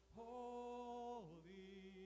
holy